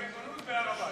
ריבונות בהר-הבית.